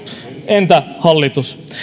entä hallitus